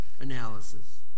analysis